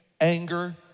anger